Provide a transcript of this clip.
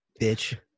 bitch